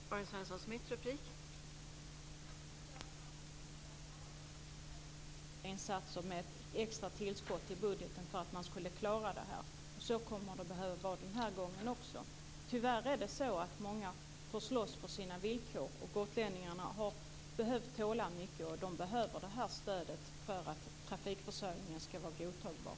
Fru talman! Det var ungefär samma historia förra gången det krävdes extrainsatser med extra tillskott till budgeten för att man skulle klara detta. Så kommer det att vara den här gången också. Tyvärr får många slåss för sina villkor, och gotlänningarna har behövt tåla mycket. De behöver det här stödet för att trafikförsörjningen skall vara godtagbar.